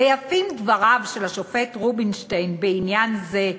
ויפים דבריו של השופט רובינשטיין בעניין זה,